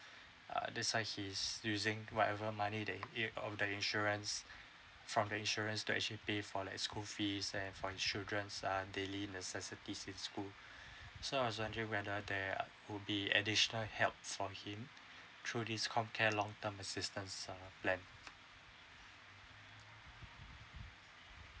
uh this why he's using whatever money that it um the insurance from the insurance to actually pay for like school fees and for children's uh daily necessities in school so I was wondering whether that would be additional helps for him through this comcare long term assistance uh plan